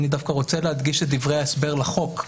אני דווקא רוצה להדגיש את דברי ההסבר לחוק.